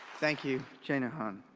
thank you, jhanahan.